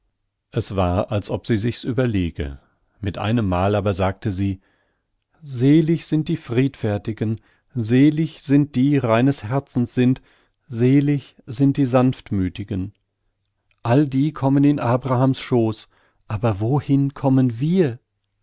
es war als ob sie sich's überlege mit einem mal aber sagte sie selig sind die friedfertigen selig sind die reines herzens sind selig sind die sanftmüthigen all die kommen in abraham's schoß aber wohin kommen wir